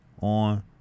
on